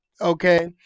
okay